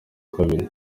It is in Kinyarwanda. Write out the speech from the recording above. kabiri